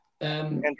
Andrew